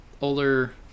older